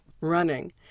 running